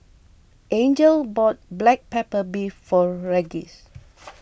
Angel bought Black Pepper Beef for Regis